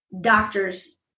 doctor's